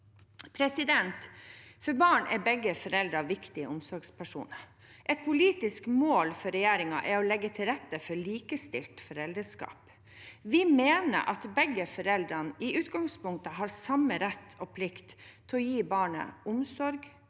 med. For barn er begge foreldrene viktige omsorgspersoner. Et politisk mål for regjeringen er å legge til rette for likestilt foreldreskap. Vi mener at begge foreldrene i utgangspunktet har samme rett og plikt til å gi barnet omsorg,